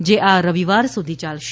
જે આ રવિવાર સુધી ચાલશે